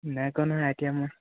নাই কৰা নহয় আই টি আই মই